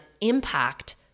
impact